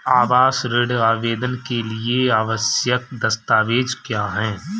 आवास ऋण आवेदन के लिए आवश्यक दस्तावेज़ क्या हैं?